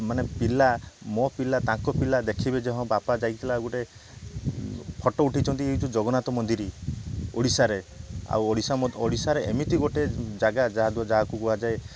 ମାନେ ପିଲା ମୋ ପିଲା ତାଙ୍କ ପିଲା ଦେଖିବେ ଯେ ହଁ ବାପା ଯାଇଥିଲା ଗୋଟେ ଫଟୋ ଉଠାଇଛନ୍ତି ଏ ଯେଉଁ ଜଗନ୍ନାଥ ମନ୍ଦିର ଓଡ଼ିଶାରେ ଆଉ ଓଡ଼ିଶା ମୋ ଓଡ଼ିଶାରେ ଏମିତି ଗୋଟେ ଜାଗା ଯାହାକୁ ଯାହାକୁ କୁହାଯାଏ